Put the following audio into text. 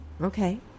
okay